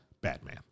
Batman